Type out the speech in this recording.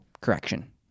correction